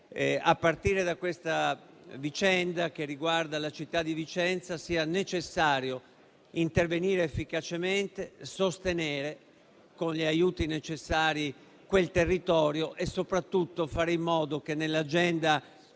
a partire da questa vicenda che riguarda la città di Vicenza sia necessario intervenire efficacemente, sostenere quel territorio con gli aiuti necessari e soprattutto fare in modo che nell'agenda